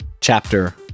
Chapter